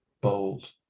bold